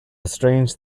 strange